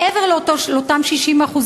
מעבר לאותם 60%,